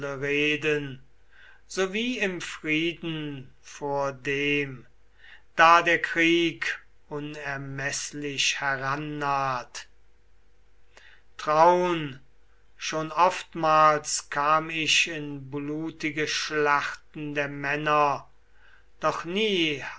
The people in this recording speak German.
reden so wie im frieden vordem da der krieg unermeßlich herannaht traun schon oftmals kam ich in blutige schlachten der männer doch nie